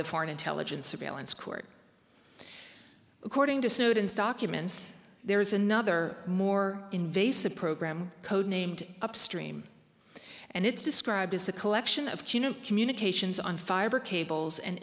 the foreign intelligence surveillance court according to sudanese documents there is another more invasive program code named upstream and it's described as a collection of communications on fiber cables and